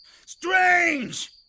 Strange